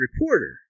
reporter